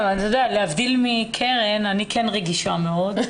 להבדיל מקרן, אני כן רגישה מאוד.